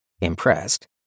impressed